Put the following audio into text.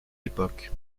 époque